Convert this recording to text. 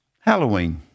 Halloween